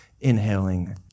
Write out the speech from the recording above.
inhaling